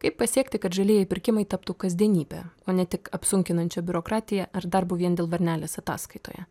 kaip pasiekti kad žalieji pirkimai taptų kasdienybe o ne tik apsunkinančia biurokratija ar darbu vien dėl varnelės ataskaitoje